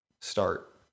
start